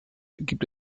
gibt